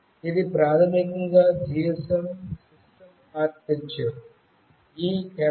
ఇది ప్రాథమికంగా GSM system architecture